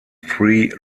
three